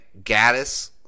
Gaddis